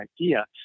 idea